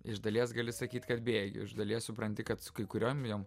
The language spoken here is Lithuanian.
iš dalies gali sakyt kad bėgi iš dalies supranti kad su kai kuriom joms